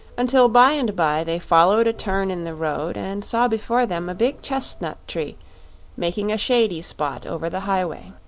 until by and by they followed a turn in the road and saw before them a big chestnut tree making a shady spot over the highway.